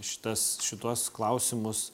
šitas šituos klausimus